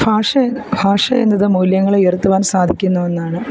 ഭാഷ ഭാഷയെന്നത് മൂല്യങ്ങളെ ഉയർത്തുവാൻ സാധിക്കുന്ന ഒന്നാണ്